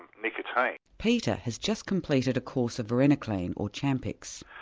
and nicotine. peter has just completed a course of varenicline, or champix.